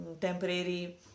temporary